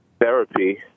therapy